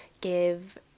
give